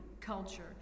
culture